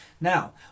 Now